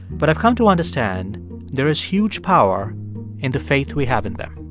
but i've come to understand there is huge power in the faith we have in them